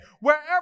wherever